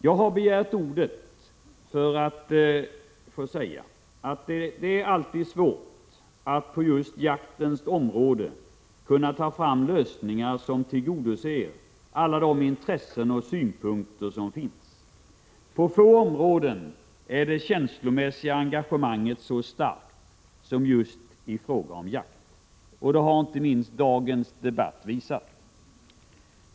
Jag har begärt ordet för att få säga att det alltid är svårt just på jaktens område att ta fram lösningar som tillgodoser alla de intressen och synpunkter som finns. På få områden är det känslomässiga engagemanget så starkt som just i fråga om jakt, det har inte minst dagens debatt visat.